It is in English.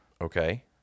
Okay